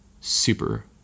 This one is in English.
super